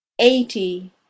eighty